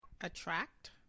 Attract